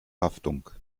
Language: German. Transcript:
haftung